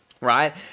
right